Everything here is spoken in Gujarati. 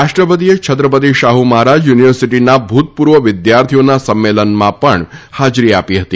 રાષ્ટ્રપતિએ છત્રપતિ શાહુ મહારાજ યુનિવર્સિટીના ભૂતપૂર્વ વિદ્યાર્થીઓના સંમેલનમાં પણ હાજરી આપી હતી